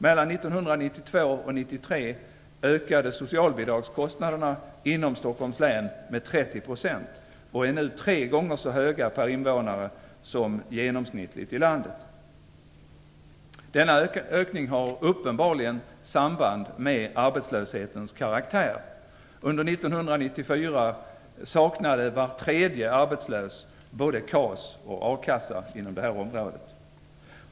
Mellan 1992 och 1993 ökade socialbidragskostnaderna inom Stockholms län med 30 % och är nu tre gånger så höga per invånare som genomsnittligt i landet. Denna ökning har uppenbarligen samband med arbetslöshetens karaktär. Under 1994 saknade var tredje arbetslös inom det här området både KAS och a-kassa.